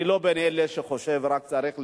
אני לא מאלה שחושבים שרק צריך לבכות,